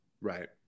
Right